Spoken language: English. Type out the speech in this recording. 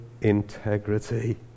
integrity